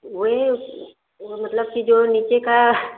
वही उस मतलब कि जो नीचे का